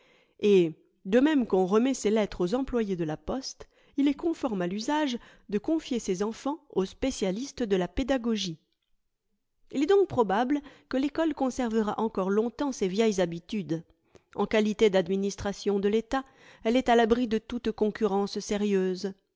et de même qu'on remet ses lettres aux employés de la poste il est conforme à l'usage de confier ses enfants aux spécialistes de la pédagogie il est donc probable que l'ecole conservera encore longtemps ses vieilles habitudes en qualité d'administration de l'etat elle est à l'abri de toute concurrence sérieuse